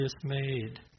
dismayed